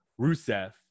Rusev